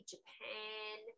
Japan